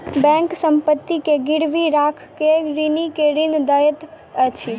bank संपत्ति के गिरवी राइख के ऋणी के ऋण दैत अछि